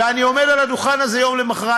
ואני עומד על הדוכן הזה יום למחרת,